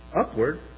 upward